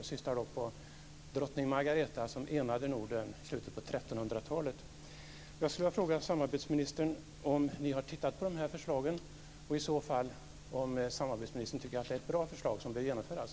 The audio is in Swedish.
Det syftar på drottning Margareta, som enade Norden i slutet på 1300 Jag skulle vilja fråga samarbetsministern om han har tittat på dessa förslag och om han i så fall tycker att det är bra förslag som bör genomföras.